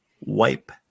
wipe